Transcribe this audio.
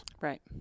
Right